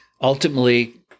ultimately